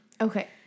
okay